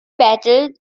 battled